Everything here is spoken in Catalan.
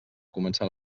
començar